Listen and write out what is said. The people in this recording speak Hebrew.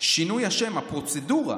לשינוי השם עולה